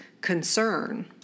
concern